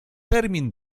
termin